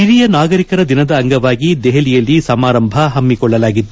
ಹಿರಿಯ ನಾಗರಿಕರ ದಿನದ ಅಂಗವಾಗಿ ದೆಹಲಿಯಲ್ಲಿ ಸಮಾರಂಭ ಹಮ್ನಿಕೊಳ್ಳಲಾಗಿತ್ತು